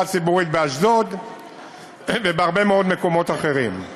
הציבורית באשדוד ובהרבה מאוד מקומות אחרים.